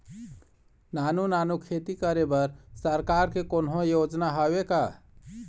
नानू नानू खेती करे बर सरकार के कोन्हो योजना हावे का?